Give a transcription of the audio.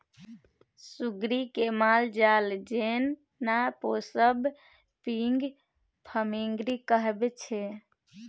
सुग्गरि केँ मालजाल जेना पोसब पिग फार्मिंग कहाबै छै